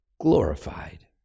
glorified